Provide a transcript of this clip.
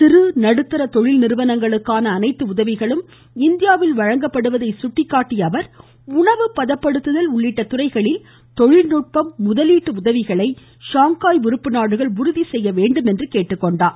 சிறு மற்றும் நடுத்தர தொழில் நிறுவனங்களுக்கான அனைத்து உதவிகளும் இந்தியாவில் வழங்கப்படுவதை சுட்டிக்காட்டிய அவர் உணவு பதப்படுத்துதல் உள்ளிட்ட துறைகளில் தொழில்நுட்பம் மற்றும் முதலீட்டு உதவிகளை ஷாங்காய் உறுப்பு நாடுகள் உறுதி செய்ய வேண்டும் என கேட்டுக்கொண்டார்